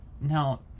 now